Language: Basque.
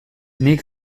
nik